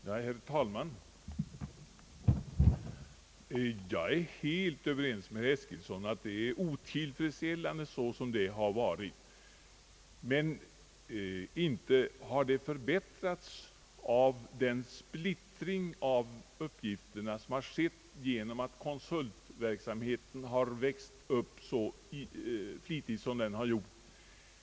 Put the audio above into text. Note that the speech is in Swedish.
Herr talman! Jag är helt överens med herr Eskilsson om att förhållandena har varit otillfredsställande. Men inte har de blivit bättre av den splittring i fråga om uppgifterna som har skett genom den i så hög grad ökade konsultverksamheten.